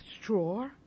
straw